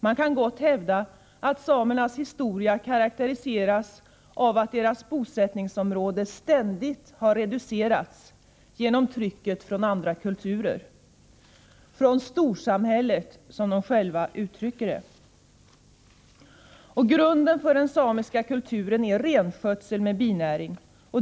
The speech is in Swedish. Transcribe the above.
Man kan gott hävda att samernas historia karakteriseras av att deras bosättningsområde ständigt har reducerats genom trycket från andra kulturer, från storsamhället som de själva uttrycker det. Grunden för den samiska kulturen är renskötsel med binäring.